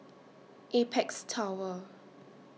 Apex Tower